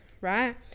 right